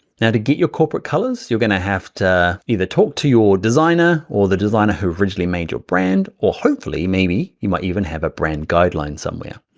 now, to get your corporate colors, you're gonna have to either talk to your designer or the designer who originally made your brand, or hopefully maybe, you might even have a brand guideline somewhere.